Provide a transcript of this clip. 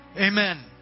Amen